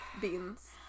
Beans